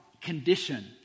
condition